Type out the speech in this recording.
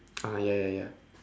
ah ya ya ya